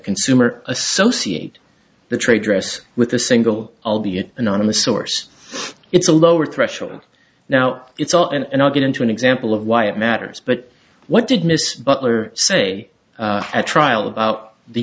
consumer associate the trade dress with a single albeit anonymous source it's a lower threshold now it's all and i'll get into an example of why it matters but what did miss butler say at trial about the